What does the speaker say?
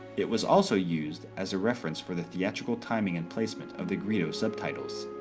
it was also used as a reference for the theatrical timing and placement of the greedo subtitles.